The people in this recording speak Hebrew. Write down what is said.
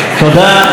תודה.